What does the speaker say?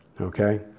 Okay